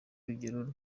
rugero